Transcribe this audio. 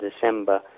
December